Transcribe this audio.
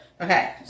Okay